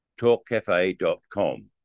talkcafe.com